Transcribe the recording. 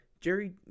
Jerry